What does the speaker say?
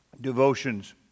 devotions